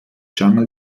jungle